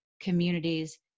communities